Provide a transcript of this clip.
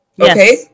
Okay